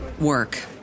work